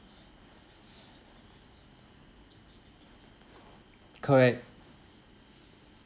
correct